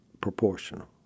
proportional